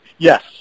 Yes